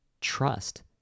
trust